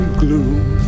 gloom